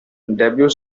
debut